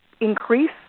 increase